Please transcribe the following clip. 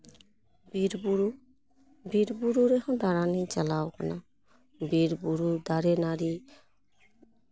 ᱵᱤᱨᱼᱵᱩᱨᱩ ᱵᱤᱨᱼᱵᱩᱨᱩ ᱨᱮᱦᱚᱸ ᱫᱟᱬᱟᱱᱤᱧ ᱪᱟᱞᱟᱣ ᱠᱟᱱᱟ ᱵᱤᱨᱼᱵᱩᱨᱩ ᱫᱟᱨᱮᱼᱱᱟᱹᱲᱤ